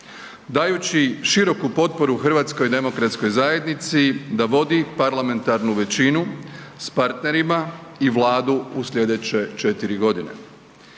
dajući široku potporu HDZ-u da vodi parlamentarnu većinu s partnerima i Vladu u sljedeće 4 godine.